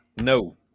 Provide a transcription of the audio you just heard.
No